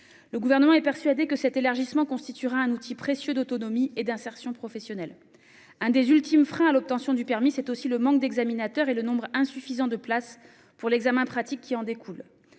Le Gouvernement espère que cet élargissement constituera un outil précieux d'autonomie et d'insertion professionnelle. Un des ultimes freins à l'obtention du permis est aussi le manque d'examinateurs et le nombre insuffisant de places pour l'examen pratique qui en découle.